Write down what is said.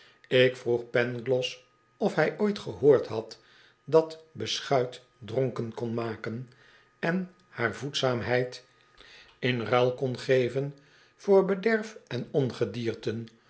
ik vroeg pangloss of hij ooit gehoord had dat beschuit dronken kon maken en haar voedzaamheid in ruil kon de kerken van de stad londen geven voor bederf en ongedierten